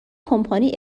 کمپانی